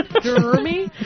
Jeremy